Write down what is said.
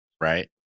Right